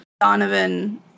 Donovan